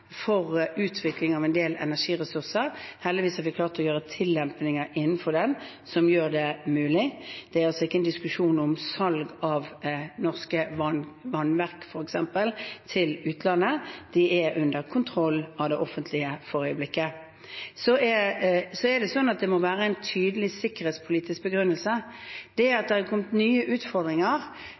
for utvikling av en del energiressurser. Heldigvis har vi klart å gjøre tillempinger innenfor den som gjør det mulig. Det er altså ikke en diskusjon om salg av f.eks. norske vannverk til utlandet. De er under kontroll av det offentlige for øyeblikket. Så er det sånn at det må være en tydelig sikkerhetspolitisk begrunnelse. Det at det er kommet nye utfordringer,